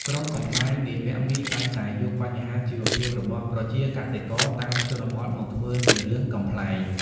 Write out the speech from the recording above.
ក្រុមកំប្លែងនាយពាក់មី តែងតែយកបញ្ហាជីវភាពរបស់ប្រជាកសិករតាមជនបទមកធ្វើជារឿងកំប្លែង។